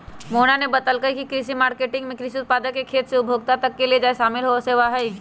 मोहना ने बतल कई की कृषि मार्केटिंग में कृषि उत्पाद के खेत से उपभोक्ता तक ले जाये में शामिल सेवा हई